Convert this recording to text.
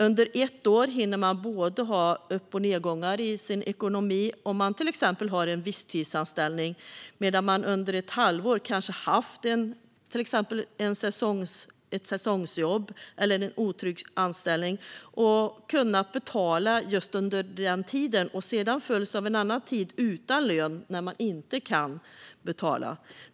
Under ett år hinner man ha både upp och nedgångar i sin ekonomi. Till exempel en visstidsanställning under ett halvår, kanske ett säsongsjobb, då man alltså har kunnat betala kan följas av en tid utan lön då man inte kan betala.